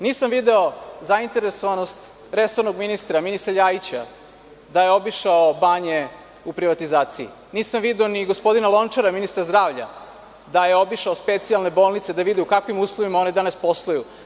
Nisam video zainteresovanost resornog ministra, ministra Ljajića, da je obišao banje u privatizaciji, nisam video ni gospodina Lončara, ministra zdravlja, da je obišao specijalne bolnice da vidi u kakvim uslovima one danas posluju.